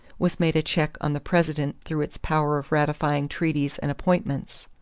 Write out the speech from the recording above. was made a check on the president through its power of ratifying treaties and appointments.